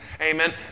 Amen